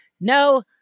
No